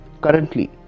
Currently